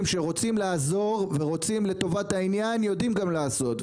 שכשרוצים לעזור ורוצים לטובת העניין יודעים גם לעשות,